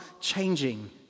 changing